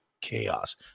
chaos